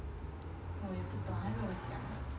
我也不懂还没有想